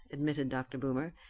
admitted dr. boomer.